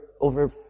over